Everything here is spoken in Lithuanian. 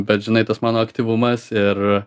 bet žinai tas mano aktyvumas ir